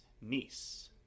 niece